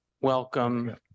welcome